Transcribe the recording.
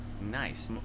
Nice